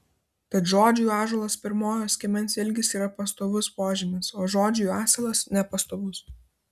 tad žodžiui ąžuolas pirmojo skiemens ilgis yra pastovus požymis o žodžiui asilas nepastovus